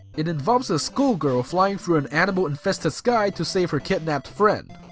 it involves a school girl flying through an animal-infested sky to save her kidnapped friend.